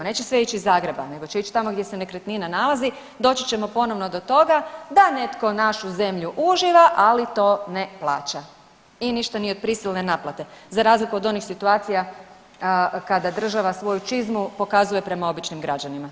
Neće sve ići iz Zagreba, nego će ići tamo gdje se nekretnina nalazi doći ćemo ponovno do toga da netko našu zemlju uživa, ali to ne plaća i ništa od prisilne naplate za razliku od onih situacija kada država svoju čizmu pokazuje prema običnim građanima.